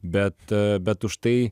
bet bet užtai